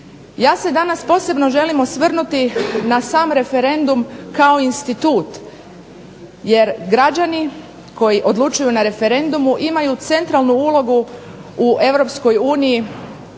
Ja se danas posebno želim osvrnuti na sam referendum kao institut jer građani koji odlučuju na referendumu imaju centralnu ulogu u EU